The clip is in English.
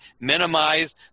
minimize